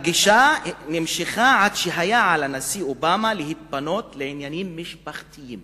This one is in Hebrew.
הפגישה נמשכה עד שהיה על הנשיא אובמה להתפנות לעניינים משפחתיים.